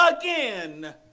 again